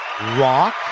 rock